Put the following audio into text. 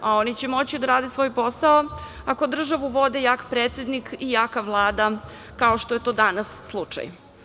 Oni će da rade svoj posao ako državu vode jak predsednik i jaka Vlada, kao što je to danas slučaj.